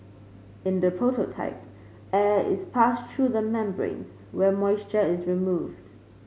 in the prototype air is passed through membranes where moisture is removed